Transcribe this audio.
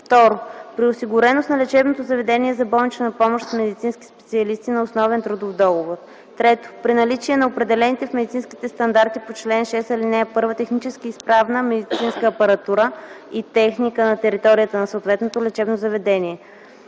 2. при осигуреност на лечебното заведение за болнична помощ с медицински специалисти на основен трудов договор; 3. при наличие на определените в медицинските стандарти по чл. 6, ал. 1 технически изправна медицинска апаратура и техника на територията на съответното лечебно заведение.